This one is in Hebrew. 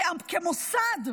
כמוסד,